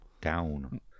down